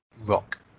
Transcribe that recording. Rock